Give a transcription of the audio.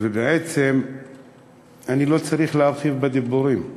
ובעצם אני לא צריך להרחיב בדיבורים.